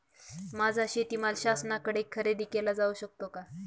माझा शेतीमाल शासनाकडे खरेदी केला जाऊ शकतो का?